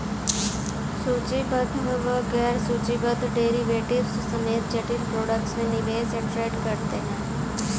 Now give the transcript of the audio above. सूचीबद्ध व गैर सूचीबद्ध डेरिवेटिव्स समेत जटिल प्रोडक्ट में निवेश या ट्रेड करते हैं